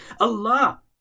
Allah